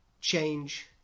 change